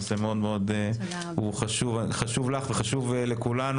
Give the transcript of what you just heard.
נושא שהוא חשוב לך וחשוב לכולנו,